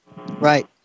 right